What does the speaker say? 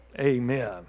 Amen